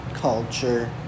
culture